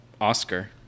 Oscar